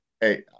Hey